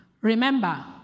Remember